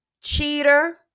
cheater